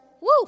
Woo